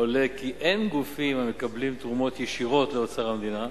עולה כי אין גופים המקבלים תרומות ישירות לאוצר המדינה.